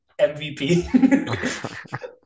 MVP